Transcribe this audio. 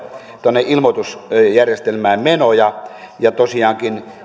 tuonne ilmoitusjärjestelmään meno ja ja tosiaankin